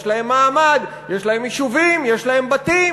יש להם מעמד, יש להם יישובים, יש להם בתים.